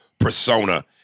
persona